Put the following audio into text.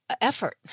effort